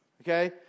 Okay